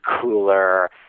cooler